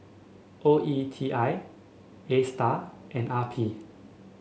O E T I Astar and R P